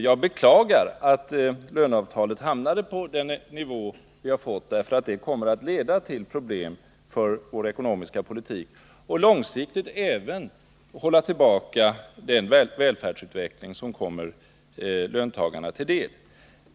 Jag beklagar att löneavtalet hamnade på den nivå vi har fått, för det kommer att leda till problem för vår ekonomiska politik och långsiktigt även hålla tillbaka den välfärdsutveckling som kommer löntagarna till del.